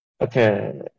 Okay